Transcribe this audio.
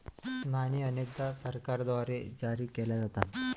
नाणी अनेकदा सरकारद्वारे जारी केल्या जातात